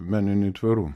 meniniai tvaru